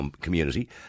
community